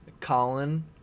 Colin